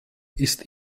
ist